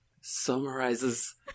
Summarizes